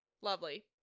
Lovely